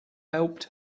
helped